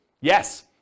Yes